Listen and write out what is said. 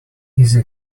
easy